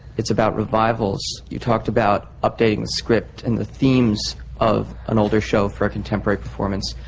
it's about revivals. you talked about updating the script, and the themes of an older show for a contemporary performance.